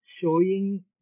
Showing